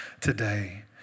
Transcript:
today